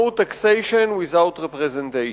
no taxation without representation.